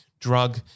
drug